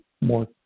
more